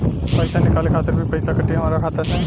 पईसा निकाले खातिर भी पईसा कटी हमरा खाता से?